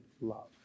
love